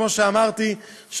שכמו שאמרתי,